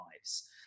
lives